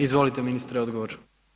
Izvolite ministre odgovor.